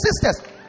sisters